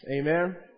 Amen